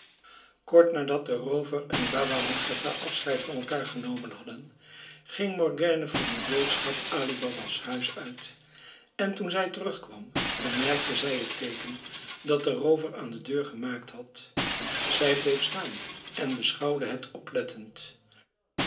kort nadat de roover en baba moestapha afscheid van elkaar genomen hadden ging morgiane voor een boodschap ali baba's huis uit en toen zij terugkwam bemerkte zij het teeken dat de roover aan de deur gemaakt had zij bleef staan en beschouwde het oplettend